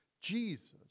Jesus